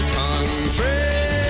country